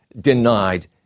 denied